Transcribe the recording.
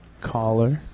Caller